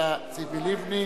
האופוזיציה ציפי לבני